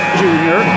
junior